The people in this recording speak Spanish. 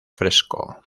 fresco